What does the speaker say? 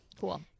cool